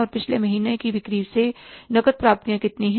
और पिछले महीनों की बिक्री से नकद प्राप्तियां कितनी है